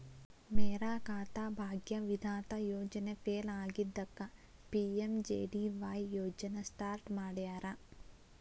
ಮೇರಾ ಖಾತಾ ಭಾಗ್ಯ ವಿಧಾತ ಯೋಜನೆ ಫೇಲ್ ಆಗಿದ್ದಕ್ಕ ಪಿ.ಎಂ.ಜೆ.ಡಿ.ವಾಯ್ ಯೋಜನಾ ಸ್ಟಾರ್ಟ್ ಮಾಡ್ಯಾರ